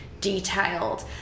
detailed